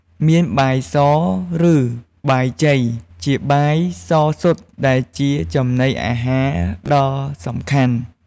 មានបាយស ឬ បាយជ័យ ជាបាយសសុទ្ធ ដែលជាចំណីអាហារដ៏សំខាន់។